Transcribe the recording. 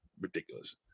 ridiculous